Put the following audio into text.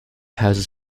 houses